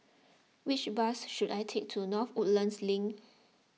which bus should I take to North Woodlands Link